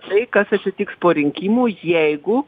tai kas atsitiks po rinkimų jeigu